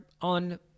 on